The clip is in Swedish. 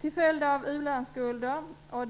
Till följd av utlandsskulder och